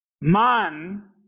man